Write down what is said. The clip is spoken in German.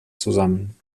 zusammen